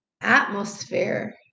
atmosphere